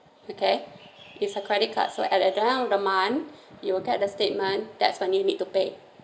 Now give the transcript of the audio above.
okay it's a credit cards like at at the end of the month you will get the statement that's when you need to pay